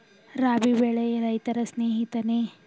ರಾಬಿ ಬೆಳೆ ರೈತರ ಸ್ನೇಹಿತನೇ?